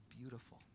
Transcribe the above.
beautiful